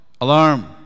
alarm